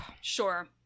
Sure